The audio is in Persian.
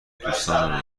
دوستان